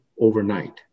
overnight